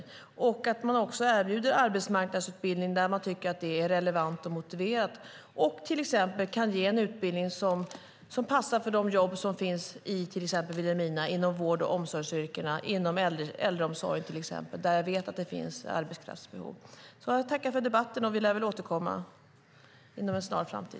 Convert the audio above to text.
Det är också viktigt att man erbjuder arbetsmarknadsutbildning där man tycker att det är relevant och motiverat och till exempel kan ge en utbildning som passar för de jobb som finns i till exempel Vilhelmina inom vård och omsorgsyrkena i äldreomsorgen där jag vet att det finns arbetskraftsbehov. Tack för debatten! Vi lär väl återkomma inom en snar framtid.